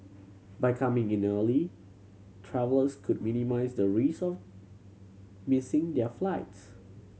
by coming in early travellers could minimise the risk of missing their flights